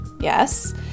yes